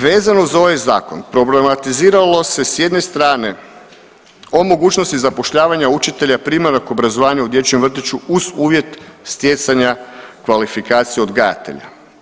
Vezano uz ovaj zakon problematiziralo se s jedne strane o mogućnosti zapošljavanja učitelja primarnog obrazovanja u dječjem vrtiću uz uvjet stjecanja kvalifikacija odgajatelja.